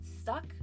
stuck